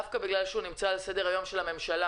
דווקא בגלל שהוא נמצא על סדר היום של הממשלה,